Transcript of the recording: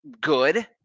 Good